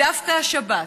דווקא השבת,